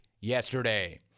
yesterday